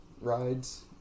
rides